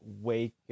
Wake